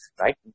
right